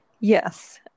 Yes